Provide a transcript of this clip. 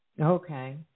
Okay